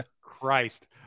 Christ